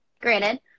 granted